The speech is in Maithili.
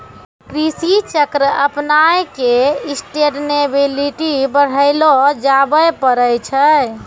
कृषि चक्र अपनाय क सस्टेनेबिलिटी बढ़ैलो जाबे पारै छै